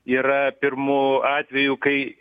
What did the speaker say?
yra pirmu atveju kai